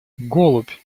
голубь